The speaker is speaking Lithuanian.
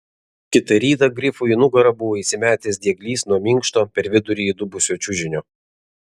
kitą rytą grifui į nugarą buvo įsimetęs dieglys nuo minkšto per vidurį įdubusio čiužinio